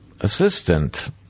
assistant